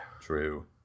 True